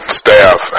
staff